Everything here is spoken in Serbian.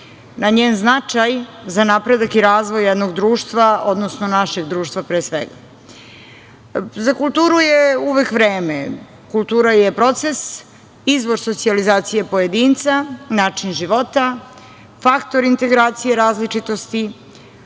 na njen značaj za napredak i razvoj jednog društva, odnosno našeg društva. Za kulturu je uvek vreme. Kultura je proces, izbor socijalizacije pojedinca, način života, faktor integracije različitosti,